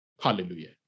hallelujah